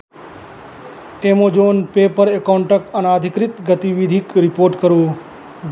Amazon पेपर एकाउण्टके अनधिकृत गतिविधिके रिपोर्ट करू